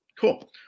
Cool